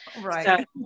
right